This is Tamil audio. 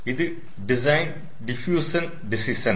இது டிசைன் டிப்யூசன் டேசிஷன்